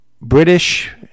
British